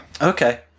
Okay